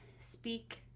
speak